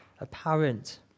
apparent